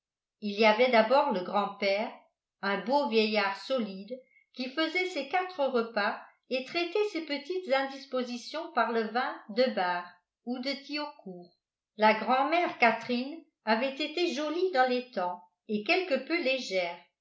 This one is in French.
il y avait d'abord le grand-père un beau vieillard solide qui faisait ses quatre repas et traitait ses petites indispositions par le vin de bar ou de thiaucourt la grand-mère catherine avait été jolie dans les temps et quelque peu légère